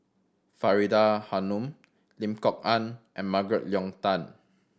Faridah Hanum Lim Kok Ann and Margaret Leng Tan